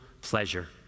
pleasure